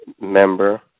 member